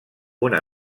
una